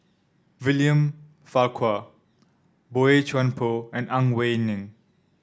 William Farquhar Boey Chuan Poh and Ang Wei Neng